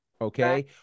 Okay